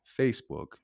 Facebook